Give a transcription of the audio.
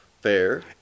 Fair